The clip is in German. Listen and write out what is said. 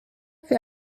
für